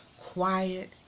quiet